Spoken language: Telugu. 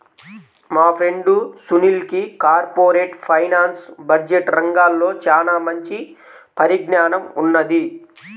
మా ఫ్రెండు సునీల్కి కార్పొరేట్ ఫైనాన్స్, బడ్జెట్ రంగాల్లో చానా మంచి పరిజ్ఞానం ఉన్నది